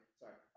sorry